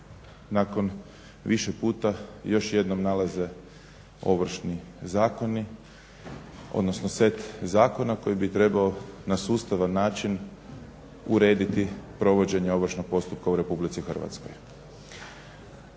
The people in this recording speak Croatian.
nakon više puta još jednom nalaze ovršni zakoni, odnosno set zakona koji bi trebao na sustavan način urediti provođenje ovršnog postupka u RH. Ovaj